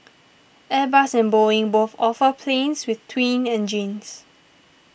Airbus and Boeing both offer planes with twin engines